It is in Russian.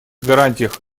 гарантиях